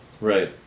Right